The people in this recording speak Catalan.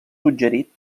suggerit